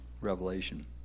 Revelation